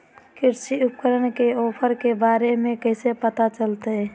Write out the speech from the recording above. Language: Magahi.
कृषि उपकरण के ऑफर के बारे में कैसे पता चलतय?